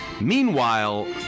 Meanwhile